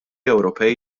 ewropej